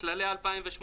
"כללי 2018"